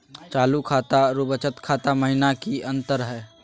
चालू खाता अरू बचत खाता महिना की अंतर हई?